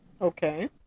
okay